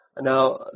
Now